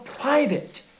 private